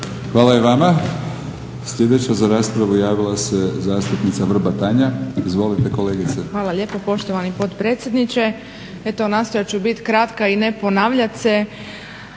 Hvala i vama. Sljedeća za raspravu javila se zastupnica Vrbat Tanja. Izvolite kolegice. **Vrbat Grgić, Tanja (SDP)** Hvala lijepa poštovani potpredsjedniče. Eto nastojat ću bit kratka i ne ponavljat se.